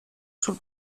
sul